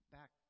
Back